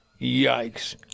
yikes